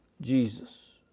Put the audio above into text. Jesus